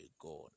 God